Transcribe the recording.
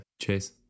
Chase